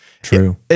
True